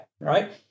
right